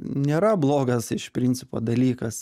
nėra blogas iš principo dalykas